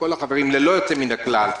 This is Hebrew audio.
ללא יוצא מן הכלל,